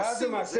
מה עושים עם זה?